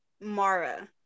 Mara